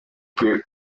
que